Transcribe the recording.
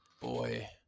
Boy